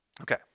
Okay